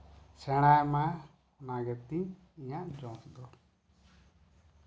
ᱚᱱᱟ ᱠᱚ ᱥᱮᱬᱟᱭ ᱢᱟ ᱚᱱᱟ ᱜᱮᱛᱤᱧ ᱤᱧᱟᱹᱜ ᱡᱚᱥ ᱫᱚ